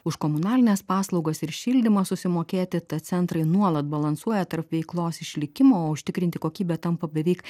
už komunalines paslaugas ir šildymą susimokėti tad centrai nuolat balansuoja tarp veiklos išlikimo o užtikrinti kokybę tampa beveik